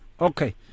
Okay